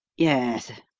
yes.